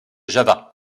java